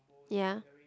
ya